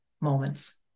moments